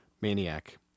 Maniac